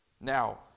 Now